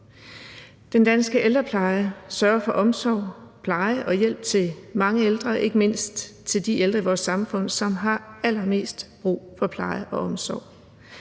Den danske ældrepleje sørger for omsorg, pleje og hjælp til mange ældre, ikke mindst til de ældre i vores samfund, som har allermest brug for pleje og omsorg.